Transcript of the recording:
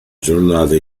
giornata